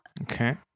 Okay